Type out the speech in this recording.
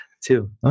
Two